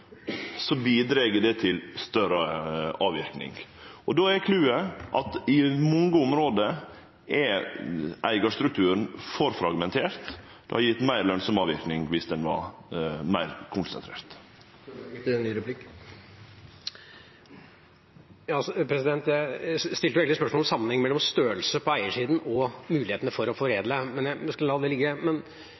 det til større avverking. Då er clouet at eigarstrukturen i mange område er for fragmentert. Det hadde vore meir lønsam avverking viss han hadde vore meir konsentrert. Jeg stilte jo egentlig spørsmål om sammenhengen mellom størrelse på eiersiden og mulighetene for å foredle, men jeg skal la det ligge.